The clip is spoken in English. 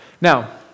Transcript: Now